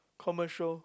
commercial